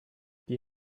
die